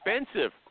expensive